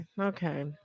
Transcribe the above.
Okay